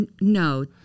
No